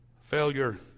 Failure